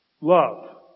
love